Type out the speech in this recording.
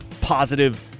positive